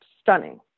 stunning